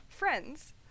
friends